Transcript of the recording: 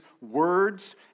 words